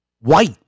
White